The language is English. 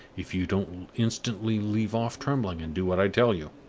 if you don't instantly leave off trembling and do what i tell you!